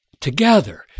together